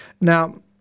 Now